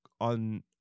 on